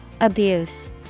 Abuse